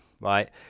right